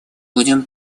будем